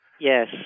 Yes